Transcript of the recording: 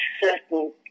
certain